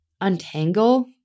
untangle